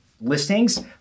listings